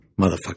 Motherfucker